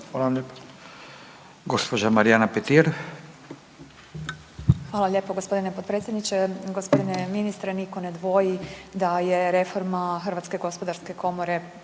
Hvala lijepo